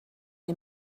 les